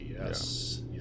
yes